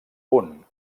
punt